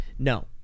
no